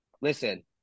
listen